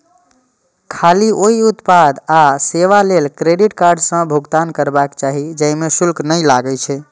खाली ओइ उत्पाद आ सेवा लेल क्रेडिट कार्ड सं भुगतान करबाक चाही, जाहि मे शुल्क नै लागै छै